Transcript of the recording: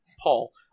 Paul